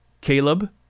Caleb